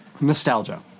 nostalgia